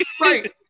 Right